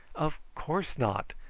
of course not.